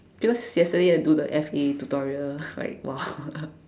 because yesterday I do the F_A tutorial like !wah!